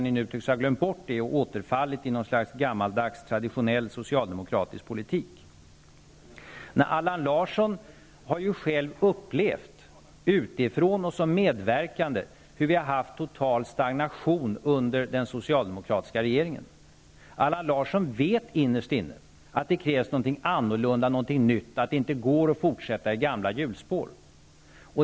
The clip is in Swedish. Ni tycks nu ha glömt bort det och återfallit i något slags gammaldags tradtionell socialdemokratisk politik. Allan Larsson har själv upplevt, utifrån och som medverkande, hur vi har haft total stagnation under den socialdemokratiska regeringstiden. Allan Larsson vet innerst inne att det krävs någonting annorlunda, något nytt, att det inte går att fortsätta i gamla hjulspår.